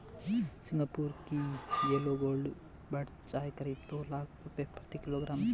Singapore की yellow gold buds चाय करीब दो लाख रुपए प्रति किलोग्राम है